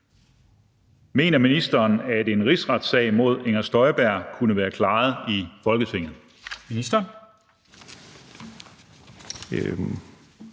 Mener ministeren, at en rigsretssag imod Inger Støjberg kunne være klaret i Folketinget? Formanden